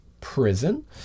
prison